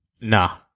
Nah